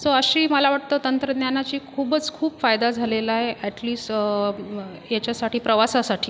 so अशी मला वाटतं तंत्रज्ञानाची खूपच खूप फायदा झालेला आहे ॲट लिस ह्याच्यासाठी प्रवासासाठी